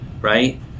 right